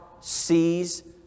sees